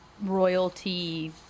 royalty